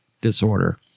disorder